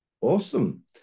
Awesome